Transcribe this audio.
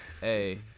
Hey